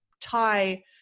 tie